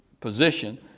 position